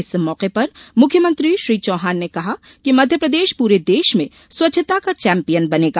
इस मौके पर मुख्यमंत्री श्री चौहान ने कहा कि मध्यप्रदेश पूरे देश में स्वच्छता का चैम्पियन बनेगा